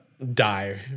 die